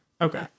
Okay